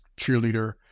cheerleader